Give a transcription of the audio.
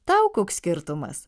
tau koks skirtumas